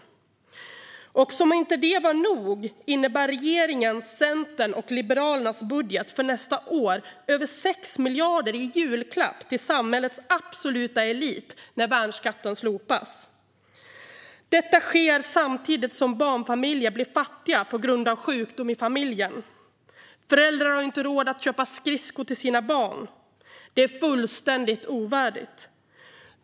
Som om det inte var nog innebär regeringens, Centerns och Liberalernas budget för nästa år över 6 miljarder i julklapp till samhällets absoluta elit när värnskatten slopas. Detta sker samtidigt som barnfamiljer blir fattiga på grund av sjukdom i familjen. Föräldrar har inte råd att köpa skridskor till sina barn. Det är fullständigt ovärdigt.